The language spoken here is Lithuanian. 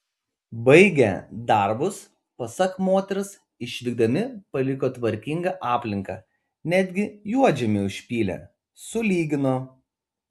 baigę darbus pasak moters išvykdami paliko tvarkingą aplinką netgi juodžemį užpylė sulygino